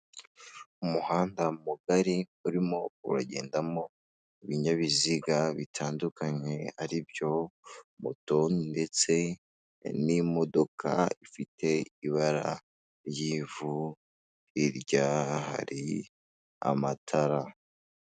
Umuhanda mugari urimo uragendamo ibinyabiziga bitandukanye, ari byo moto ndetse n'imodoka ifite ibara ry'ivu hirya hari amatara.